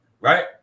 right